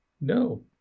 No